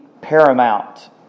paramount